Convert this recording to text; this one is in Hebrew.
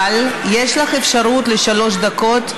אבל יש לך אפשרות לשלוש דקות,